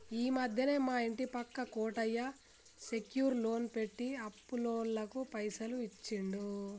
ఈ మధ్యనే మా ఇంటి పక్క కోటయ్య సెక్యూర్ లోన్ పెట్టి అప్పులోళ్లకు పైసలు ఇచ్చిండు